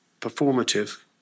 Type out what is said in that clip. performative